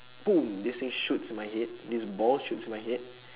boom this thing shoots my head this ball shoots my head